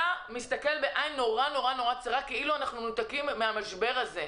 אתה מסתכל בעין מאוד מאוד צרה כאילו אנחנו מנותקים מהמשבר הזה.